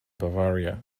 bavaria